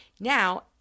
Now